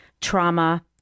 trauma